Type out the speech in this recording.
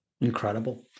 Incredible